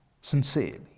sincerely